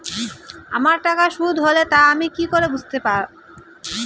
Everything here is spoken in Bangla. আমার টাকা শোধ হলে তা আমি কি করে বুঝতে পা?